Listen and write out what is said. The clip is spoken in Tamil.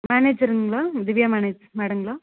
மேனஜருங்களா திவ்யா மேனஜர் மேடங்களா